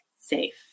safe